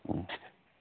ꯎꯝ